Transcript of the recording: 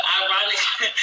ironically